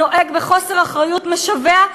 נוהג בחוסר אחריות משווע,